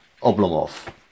Oblomov